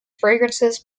fragrances